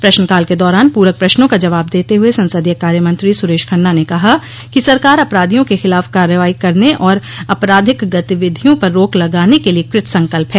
प्रश्नकाल के दारान पूरक प्रश्नों का जवाब देते हुए संसदीय कार्य मंत्री सुरेश खन्ना ने कहा कि सरकार अपराधियों के खिलाफ कार्रवाई करने और अपराधिक गतिविधियों पर रोक लगाने के लिए कृत संकल्प है